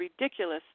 ridiculous